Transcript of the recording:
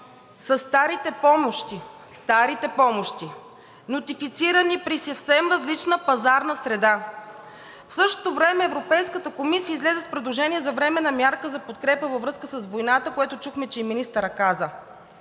старите помощи – старите помощи, нотифицирани при съвсем различна пазарна среда. В същото време Европейската комисия излезе с предложение за временна мярка за подкрепа във връзка с войната, което чухме, че каза и министърът,